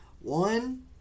One